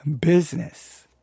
business